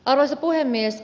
arvoisa puhemies